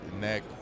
neck